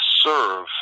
serve